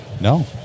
No